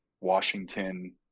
Washington